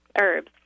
herbs